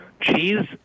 cheese